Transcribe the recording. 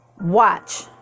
Watch